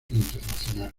internacional